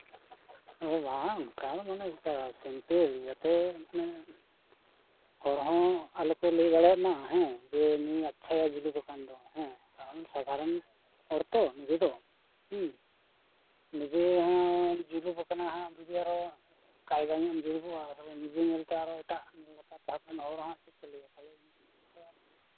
ᱳ ᱵᱟᱝ ᱚᱱᱠᱟ ᱫᱚ ᱢᱟᱱᱮ ᱥᱮᱢᱯᱮᱞ ᱡᱟᱛᱮ ᱦᱚᱲᱦᱚᱸ ᱟᱞᱚ ᱠᱚ ᱞᱟᱹᱭ ᱫᱟᱲᱮᱭᱟᱜ ᱢᱟ ᱦᱮᱸ ᱡᱮ ᱱᱩᱭ ᱟᱪᱪᱷᱟᱭ ᱡᱩᱞᱩᱯ ᱟᱠᱟᱱ ᱫᱚ ᱠᱟᱨᱚᱱ ᱥᱟᱫᱷᱟᱨᱚᱱ ᱦᱚᱲᱛᱚ ᱱᱤᱡᱮ ᱫᱚ ᱦᱮᱸ ᱱᱤᱡᱮ ᱦᱚᱸ ᱡᱩᱞᱩᱯ ᱟᱠᱟᱱᱟ ᱦᱟᱜ ᱡᱩᱫᱤ ᱟᱨᱚ ᱠᱟᱭᱫᱟ ᱧᱚᱜ ᱮᱢ ᱡᱩᱞᱩᱯᱚᱜᱼᱟ ᱟᱨᱚ ᱛᱚᱵᱮ ᱱᱤᱡᱮ ᱢᱮᱱᱛᱮ ᱮᱴᱟᱜ ᱜᱟᱛᱟᱠ ᱠᱚᱨᱮᱱ ᱦᱚᱲ ᱦᱚᱸ ᱪᱮᱫ ᱠᱚ ᱞᱟᱹᱭᱟ ᱛᱟᱦᱞᱮ ᱤᱧ